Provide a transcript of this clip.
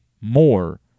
more